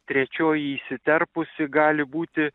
trečioji įsiterpusi gali būti